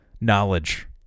knowledge